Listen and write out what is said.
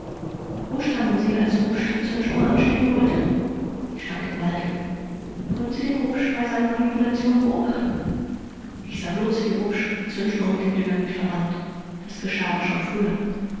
wo standen sie als rupsch die zündschnur anstecken wollte k ich stand im walde vors konnten sie den rupsch bei seinen manipulationen beobachten k ich sah bloß wie rupsch die zündschnur mit dem dynamit verband das geschah aber schon früher